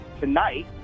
tonight